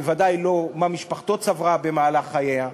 ודאי לא מה משפחתו צברה במהלך חייה.